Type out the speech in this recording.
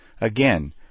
Again